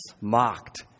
Mocked